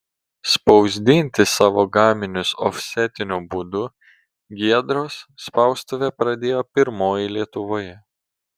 spausdinti savo gaminius ofsetiniu būdu giedros spaustuvė pradėjo pirmoji lietuvoje